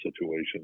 situation